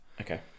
Okay